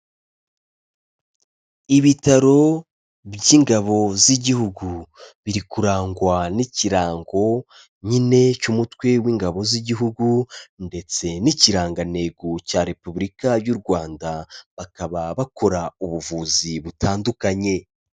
Ibitaro by'ingabo z'igihugu, biri kurangwa n'ikirango nyine cy'umutwe w'ingabo z'igihugu ndetse n'ikirangantego cya Repubulika y'u Rwanda, bakaba bakora ubuvuzi butandukanye.